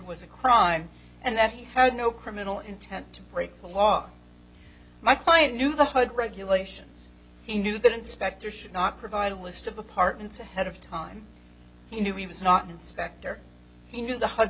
was a crime and that he had no criminal intent to break the law my client knew the hood regulations he knew the inspector should not provide a list of apartments ahead of time he was not an inspector he knew the hu